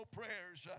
prayers